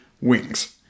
wings